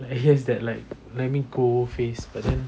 he has that like let me go face but then